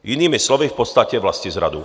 Jinými slovy v podstatě vlastizradu.